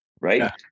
right